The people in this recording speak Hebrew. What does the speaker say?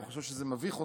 חושב שזה מביך אותי,